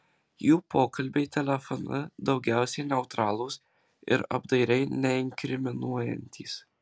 jų pokalbiai telefonu daugiausiai neutralūs ir apdairiai neinkriminuojantys